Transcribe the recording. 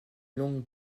longue